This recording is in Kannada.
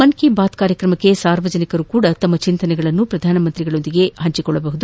ಮನ್ ಕಿ ಬಾತ್ ಕಾರ್ಯಕ್ರಮಕ್ಕೆ ಸಾರ್ವನಿಕರು ಸಹ ತಮ್ಮ ಚಿಂತನೆಗಳನ್ನು ಪ್ರಧಾನಮಂತ್ರಿಗಳೊಂದಿಗೆ ಹಂಚಿಕೊಳ್ಳಬಹುದು